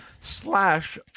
slash